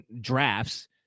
drafts